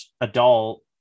adult